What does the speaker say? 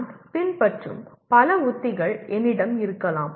நான் பின்பற்றும் பல உத்திகள் என்னிடம் இருக்கலாம்